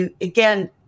Again